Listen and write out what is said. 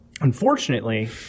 Unfortunately